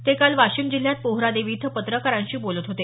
ते काल वाशिम जिल्ह्यात पोहरादेवी इथं पत्रकारांशी बोलत होते